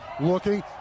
looking